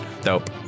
Dope